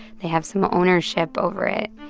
they have some ownership over it.